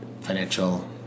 financial